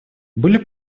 были